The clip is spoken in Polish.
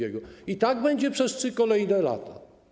I tak będzie przez 3 kolejne lata.